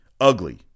Ugly